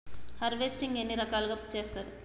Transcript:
Harvesting ఎన్ని రకాలుగా చేస్తరు?